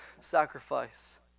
sacrifice